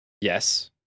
Yes